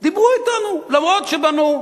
דיברו אתנו אף שבנו.